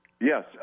yes